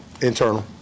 Internal